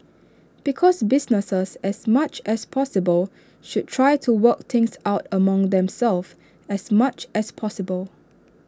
because businesses as much as possible should try to work things out among themselves as much as possible